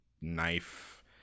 knife